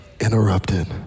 interrupted